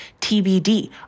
TBD